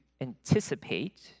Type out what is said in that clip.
anticipate